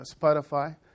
Spotify